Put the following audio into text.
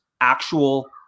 actual